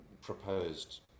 proposed